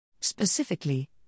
Specifically